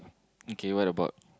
okay what about